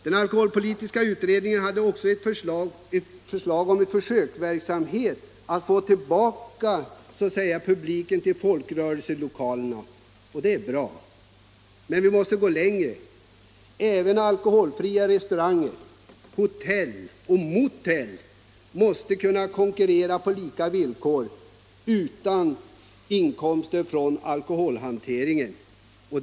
Den alkoholpolitiska utredningen har också föreslagit en försöksverksamhet för att få tillbaka publiken till folkrörelselokalerna. Det är ett bra förslag, men vi måste gå längre. Alkoholfria restauranger, hotell och motell måste — utan inkomster från alkoholhanteringen — kunna konkurrera på lika villkor.